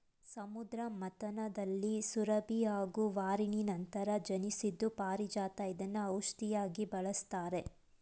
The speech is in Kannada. ಸಮುದ್ರ ಮಥನದಲ್ಲಿ ಸುರಭಿ ಹಾಗೂ ವಾರಿಣಿ ನಂತರ ಜನ್ಸಿದ್ದು ಪಾರಿಜಾತ ಇದ್ನ ಔಷ್ಧಿಯಾಗಿ ಬಳಸ್ತಾರೆ